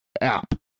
app